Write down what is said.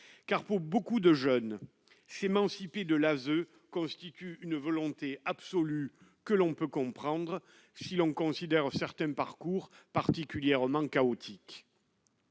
car pour beaucoup de jeunes s'émanciper de l'ASE constituent une volonté absolue que l'on peut comprendre si l'on considère certaines parcours particulièrement chaotique.